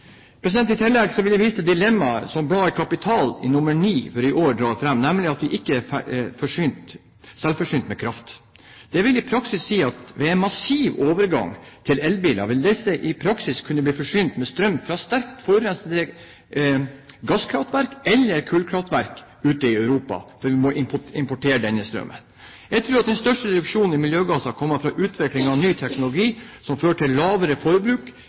I tillegg vil jeg vise til dilemmaet som bladet Kapital nr. 9 for i år drar fram, nemlig at vi ikke er selvforsynt med kraft. Det vil i praksis si at ved en massiv overgang til elbiler vil disse i praksis kunne bli forsynt med strøm fra sterkt forurensende gasskraftverk eller kullkraftverk ute i Europa, fordi vi må importere strømmen. Jeg tror at den største reduksjonen i miljøgasser vil komme fra utvikling av ny teknologi som fører til lavere forbruk